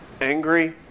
angry